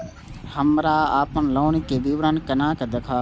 हमरा अपन लोन के विवरण केना देखब?